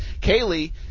Kaylee